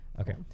Okay